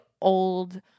old